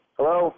Hello